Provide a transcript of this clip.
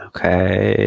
Okay